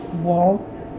Walt